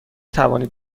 توانید